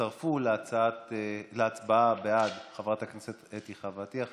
הצטרפו להצבעה בעד חברת הכנסת אתי חוה עטייה,